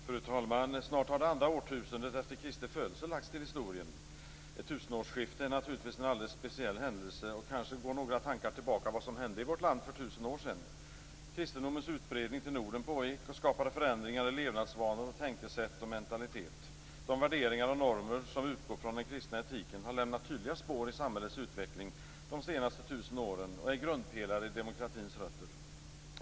Fru talman! Snart har det andra årtusendet efter Kristi födelse lagts till historien. Ett tusenårsskifte är naturligtvis en alldeles speciell händelse och kanske går några tankar tillbaka till vad som hände i vårt land för 1 000 år sedan. Kristendomens utbredning till Norden pågick och skapade förändringar i levnadsvanor, tänkesätt och mentalitet. De värderingar och normer som utgår från den kristna etiken har lämnat tydliga spår i samhällets utveckling de senaste tusen åren och är grundpelare i demokratin.